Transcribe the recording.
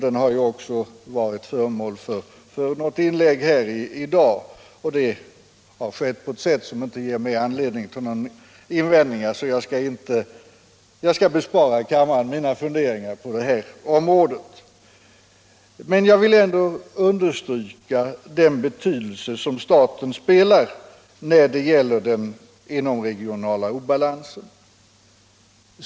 Den har också varit föremål för något inlägg här i dag, på ett sätt som inte ger mig anledning till några invändningar. 135 Därför skall jag bespara kammaren mina funderingar på det området, men jag vill ändå understryka den betydelse som staten har när det gäller den inomregionala obalansen.